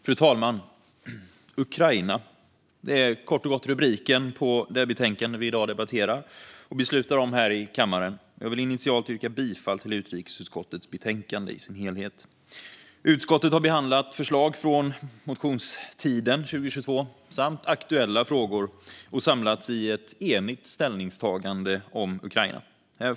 Fru talman! Ukraina - det är den korta rubriken på det betänkande vi nu ska debattera och senare besluta om här i kammaren. Jag vill initialt yrka bifall till utrikesutskottets förslag i betänkandet i sin helhet. Utskottet har behandlat förslag från motionstiden 2022 samt aktuella frågor och har samlats i ett enigt ställningstagande om Ukraina.